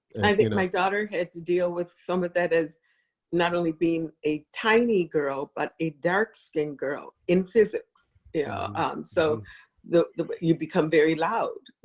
i think my daughter had to deal with some of that as not only being a tiny girl, but a dark-skinned girl in physics. yeah so you become very loud.